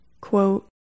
quote